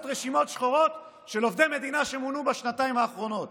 רשימות שחורות של עובדי מדינה שמונו בשנתיים האחרונות